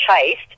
chased